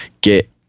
get